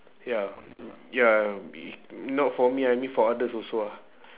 ya ya not for me I mean for others also ah